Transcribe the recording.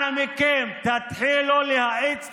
אנא מכם, תתחילו להאיץ תכנון,